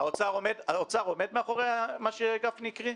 עומד מאחורי הסיכום שגפני קרא,